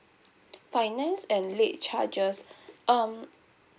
finance and late charges um